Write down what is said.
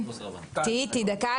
תהי איתי דקה.